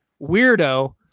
weirdo